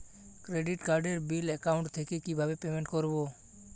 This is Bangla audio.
ক্রেডিট কার্ডের বিল অ্যাকাউন্ট থেকে কিভাবে পেমেন্ট করবো?